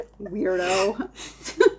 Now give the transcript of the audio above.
Weirdo